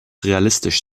realistisch